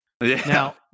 Now